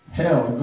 hell